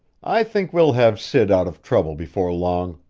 i think we'll have sid out of trouble before long.